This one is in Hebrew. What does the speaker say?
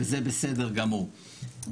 וזה בסדר גמור.